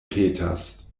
petas